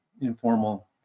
informal